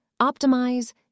optimize